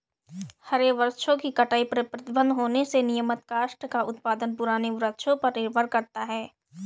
हरे वृक्षों की कटाई पर प्रतिबन्ध होने से नियमतः काष्ठ का उत्पादन पुराने वृक्षों पर निर्भर करता है